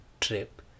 trip